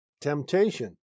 temptation